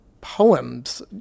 poems